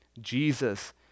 jesus